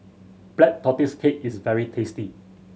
Black Tortoise Cake is very tasty